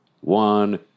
one